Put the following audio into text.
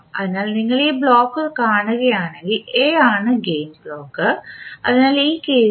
അതിനാൽ നിങ്ങൾ ഈ ബ്ലോക്ക് കാണുകയാണെങ്കിൽ A ആണ് ഗെയിൻ ബ്ലോക്ക് അതിനാൽ ഈ കേസിൽ